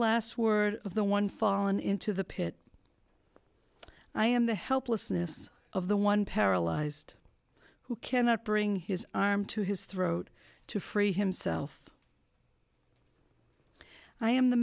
last word of the one fallen into the pit i am the helplessness of the one paralyzed who cannot bring his arm to his throat to free himself i am the